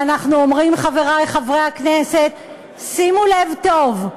ואנחנו אומרים, חברי חברי הכנסת, שימו לב טוב,